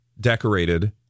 decorated